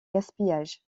gaspillage